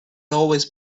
always